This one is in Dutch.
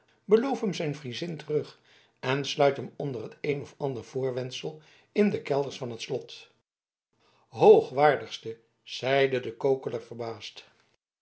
hem zijn friezin terug en sluit hem onder t een of ander voorwendsel in de kelders van het slot hoogwaardigste zeidede kokeler verbaasd